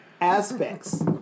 aspects